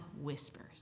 whispers